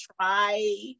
try